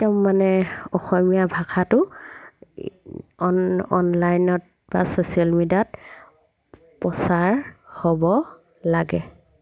একদম মানে অসমীয়া ভাষাটো অন অনলাইনত বা ছ'চিয়েল মিডিয়াত প্ৰচাৰ হ'ব লাগে